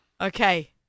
Okay